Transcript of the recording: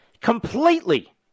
Completely